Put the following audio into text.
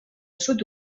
sud